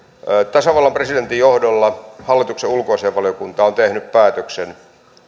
tasavallan presidentin johdolla hallituksen ulkoasiainvaliokunta on tehnyt päätöksen